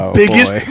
biggest